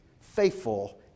faithful